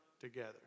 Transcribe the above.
together